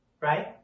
Right